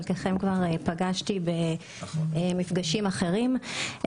את חלקכם פגשתי במפגשים אחרים.